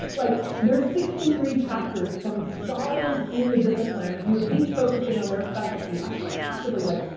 like there's sixty three chapters from scholars in the discipline who have each focused in on their specialty i can't possibly like,